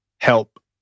help